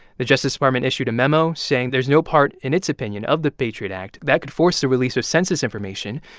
the justice department issued a memo saying there's no part in its opinion of the patriot act that could force the release of census information.